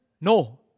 no